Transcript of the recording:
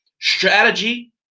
strategy